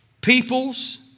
peoples